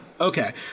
Okay